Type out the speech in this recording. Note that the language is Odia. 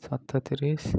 ସତତିରିଶ